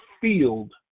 field